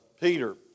Peter